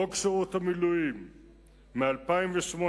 חוק שירות המילואים מ-2008,